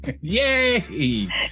Yay